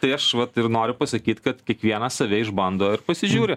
tai aš vat ir noriu pasakyt kad kiekvienas save išbando ir pasižiūri